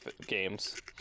games